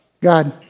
God